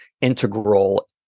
integral